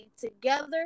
together